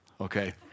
okay